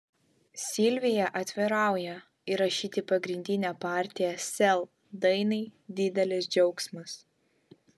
silvija atvirauja įrašyti pagrindinę partiją sel dainai didelis džiaugsmas